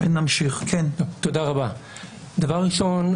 דבר ראשון,